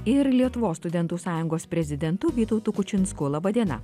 ir lietuvos studentų sąjungos prezidentu vytautu kučinsku laba diena